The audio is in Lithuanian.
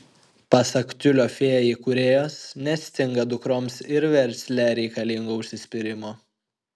pasak tiulio fėja įkūrėjos nestinga dukroms ir versle reikalingo užsispyrimo